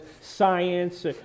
science